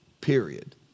period